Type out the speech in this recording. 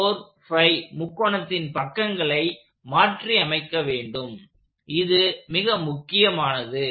3 4 5 முக்கோணத்தின் பக்கங்களை மாற்றியமைக்க வேண்டும் இது மிக முக்கியமானது